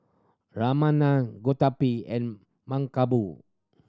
Ramanand Gottipati and Mankombu